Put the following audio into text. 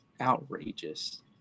outrageous